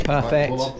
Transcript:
Perfect